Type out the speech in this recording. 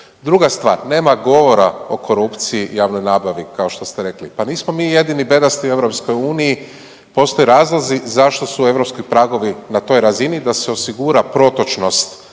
Druga stvar, nema govora o korupciji u javnoj nabavi kao što ste rekli, pa nismo mi jedini bedasti u EU, postoje razlozi zašto su europski pragovi na toj razini, da se osigura protočnost